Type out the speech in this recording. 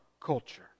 culture